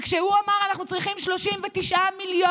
וכשהוא אמר: אנחנו צריכים 39 מיליון,